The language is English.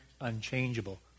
unchangeable